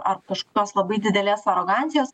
ar kažkokios labai didelės arogancijos